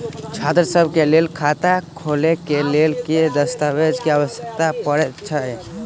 छात्रसभ केँ लेल बैंक खाता खोले केँ लेल केँ दस्तावेज केँ आवश्यकता पड़े हय?